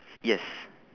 yes